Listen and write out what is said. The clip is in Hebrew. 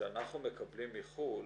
כשאנחנו מקבלים מחו"ל